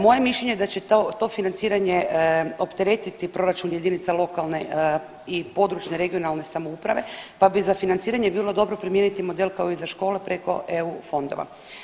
Moje je mišljenje da će to financiranje opteretiti proračun jedinice lokalne i područne regionalne samouprave, pa bi za financiranje bilo dobro primijeniti model kao i za škole preko EU fondova.